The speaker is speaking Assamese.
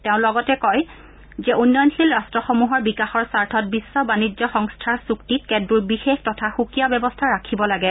তেওঁ লগতে কয় যে উন্নয়নশীল ৰাষ্ট্ৰসমূহৰ বিকাশৰ স্বাৰ্থত বিশ্ব বাণিজ্য সংস্থাৰ চূক্তিত কেতবোৰ বিশেষ তথা সুকীয়া ব্যৱস্থা ৰাখিব লাগে